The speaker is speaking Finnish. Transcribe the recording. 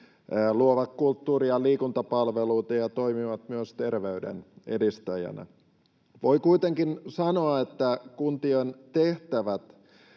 luovat kulttuuria ja liikuntapalveluita ja toimivat myös terveyden edistäjinä. Voi kuitenkin sanoa, että kuntien tehtävät